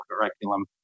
curriculum